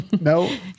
No